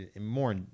more